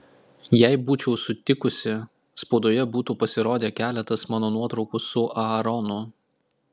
jei būčiau sutikusi spaudoje būtų pasirodę keletas mano nuotraukų su aaronu